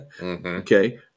Okay